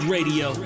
Radio